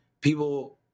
people